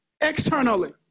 externally